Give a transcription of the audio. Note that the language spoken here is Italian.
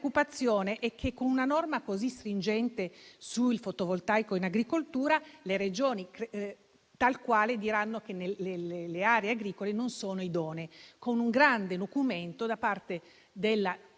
è che, con una norma così stringente sul fotovoltaico in agricoltura, le Regioni tal quale diranno che le aree agricole non sono idonee, con un grande nocumento per la